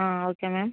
okay ma'am